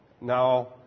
Now